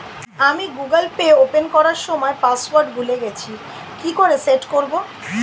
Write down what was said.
আমি Google Pay open করার সময় পাসওয়ার্ড ভুলে গেছি কি করে সেট করব?